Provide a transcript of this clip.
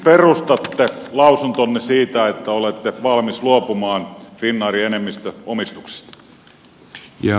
mihin perustatte lausuntonne siitä että olette valmis luopumaan finnairin enemmistöomistuksesta